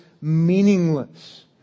meaningless